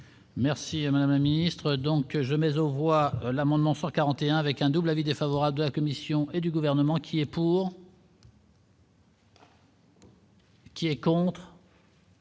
Merci madame la ministre, donc jamais aux voix l'amendement 141 avec un double avis défavorable de la Commission et du gouvernement qui est pour. Qui est quand